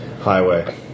highway